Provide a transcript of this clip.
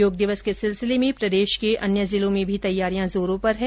योग दिवस के सिलसिले में प्रदेश के अन्य जिलों में भी तैयारियां जोरों पर है